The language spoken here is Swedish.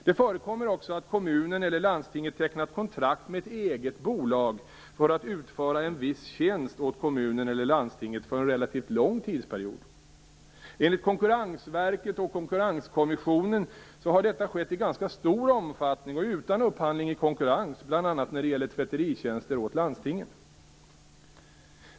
Det förekommer också att kommunen eller landstinget tecknar kontrakt med ett eget bolag som skall utföra en viss tjänst åt kommunen eller landstinget för en relativt lång tidsperiod. Enligt Konkurrensverket och Konkurrenskommissionen har detta skett i en stor omfattning och utan upphandling i konkurrens, bl.a. när det gäller tvätteritjänster åt landstingen.